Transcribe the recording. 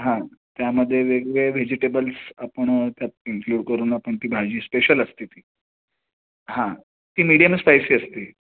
हां त्यामध्ये वेगवेगळ्या व्हेजिटेबल्स आपण त्यात इन्क्लूड करून आपण ती भाजी स्पेशल असते ती हां ती मिडियम स्पायसी असते